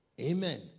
Amen